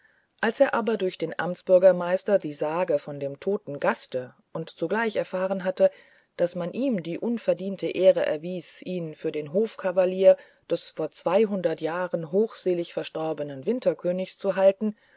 als er aber durch den amtsbürgermeister die sage von dem toten gaste und zugleich erfahren hatte daß man ihm die unverdiente ehre erweise ihn für einen hofkavalier des vor zweihundert jahren hochselig verstorbenen winterkönigs zu halten